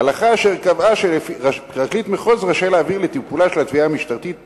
הלכה אשר קבעה שפרקליט מחוז רשאי להעביר לטיפולה של התביעה המשטרתית